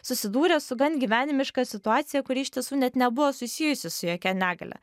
susidūrė su gan gyvenimiška situacija kuri iš tiesų net nebuvo susijusi su jokia negalia